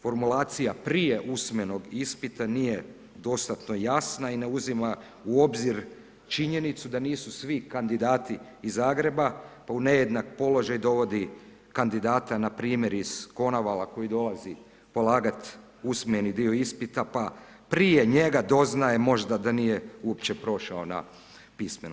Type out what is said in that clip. Formulacija prije usmenog ispita nije dostatno jasna i ne uzima u obzir činjenicu da nisu svi kandidati iz Zagreba, pa u nejednak položaj dovodi kandidata npr. iz Konavala koji dolazi polagat usmeni dio ispita pa prije njega doznaje možda da nije uopće prošao na pismenom.